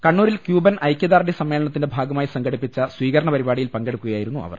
കണ്ണൂരിൽ ക്യൂബൻ ഐക്യദാർഢ്യ സമ്മേളനത്തിന്റെ ഭാഗ മായി സംഘടിപ്പിച്ച സ്വീകരണ പരിപാടിയിൽ പങ്കെടുക്കുകയാ യിരുന്നു അവർ